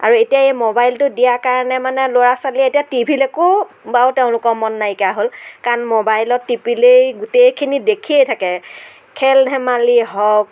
আৰু এতিয়া এই মোবাইলটো দিয়া কাৰণে মানে ল'ৰা ছোৱালীয়ে এতিয়া টিভিলৈকো বাৰু তেওঁলোকৰ মন নাইকীয়া হ'ল কাৰণ মোবাইলত টিপিলেই গোটেইখিনি দেখিয়েই থাকে খেল ধেমালি হওক